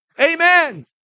Amen